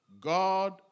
God